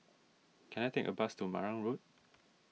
can I take a bus to Marang Road